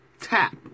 tap